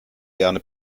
gerne